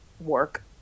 work